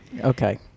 Okay